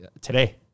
Today